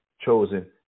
chosen